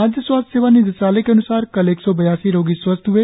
राज्य स्वास्थ्य सेवा निदेशालय के अन्सार कल एक सौ बयासी रोगी स्वस्थ हए